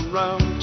round